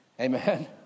Amen